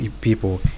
people